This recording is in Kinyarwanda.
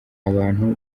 abantu